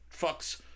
fucks